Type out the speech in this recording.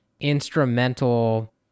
instrumental